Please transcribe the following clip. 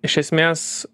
iš esmės